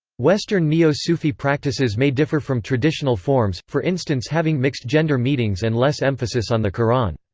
western neo-sufi practices may differ from traditional forms, for instance having mixed-gender meetings and less emphasis on the qur'an.